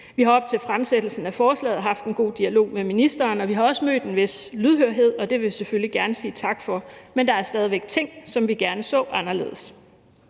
Vi har op til fremsættelsen af forslaget haft en god dialog med ministeren, og vi har også mødt en vis lydhørhed, og det vil vi selvfølgelig gerne sige tak for. Men der er stadig væk ting, som vi gerne så anderledes.